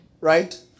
right